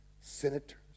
senators